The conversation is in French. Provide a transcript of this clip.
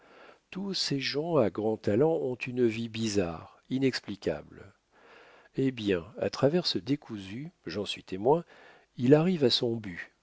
tous ces gens à grand talent ont une vie bizarre inexplicable eh bien à travers ce décousu j'en suis témoin il arrive à son but